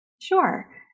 Sure